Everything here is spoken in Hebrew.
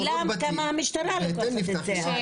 --- השאלה כמה המשטרה לוקחת את זה הלאה.